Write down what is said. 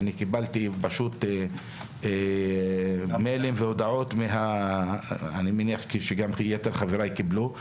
אני קיבלתי מיילים והודעות אני מניח שגם יתר חבריי קיבלו.